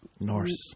Norse